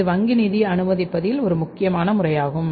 இது வங்கி நிதி அனுமதிப்பதில் 1 முக்கியமான முறையாகும்